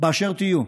באשר תהיו,